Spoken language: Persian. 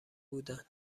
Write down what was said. بودن